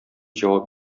җавап